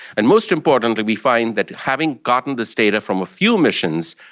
and most importantly we find that having gotten this data from a few missions,